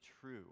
true